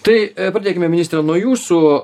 tai pradėkime ministre nuo jūsų